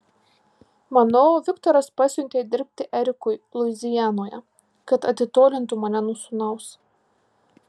manau viktoras pasiuntė dirbti erikui luizianoje kad atitolintų mane nuo sūnaus